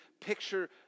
picture